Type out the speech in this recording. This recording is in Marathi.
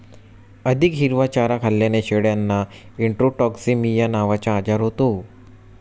अधिक हिरवा चारा खाल्ल्याने शेळ्यांना इंट्रोटॉक्सिमिया नावाचा आजार होतो